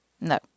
No